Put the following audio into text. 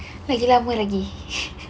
lagi lama lagi